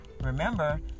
Remember